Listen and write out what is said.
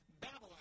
Babylon